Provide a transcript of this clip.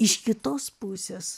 iš kitos pusės